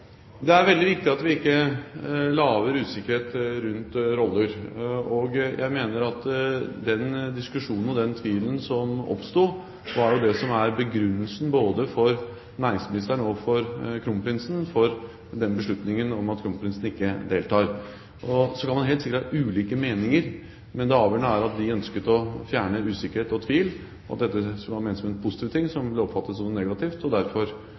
Det er veldig viktig at vi ikke lager usikkerhet rundt roller. Jeg mener at den diskusjonen og den tvilen som oppsto, er det som er begrunnelsen både for næringsministeren og for kronprinsen for beslutningen om at kronprinsen ikke deltar. Så kan man helt sikkert ha ulike meninger, men det avgjørende er at de ønsket å fjerne usikkerhet og tvil. Dette som var ment som en positiv ting, ble oppfattet som negativt, og derfor